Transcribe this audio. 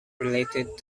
related